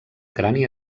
crani